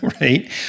Right